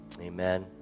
Amen